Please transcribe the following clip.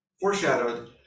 foreshadowed